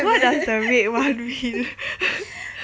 what does the red one mean